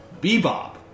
Bebop